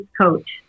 coach